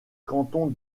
canton